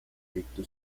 proyecto